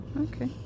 Okay